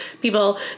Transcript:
people